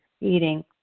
eating